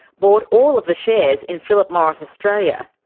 bought all of the shares in philip morris australia,